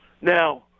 Now